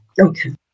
Okay